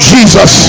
Jesus